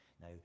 Now